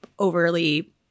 overly